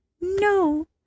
no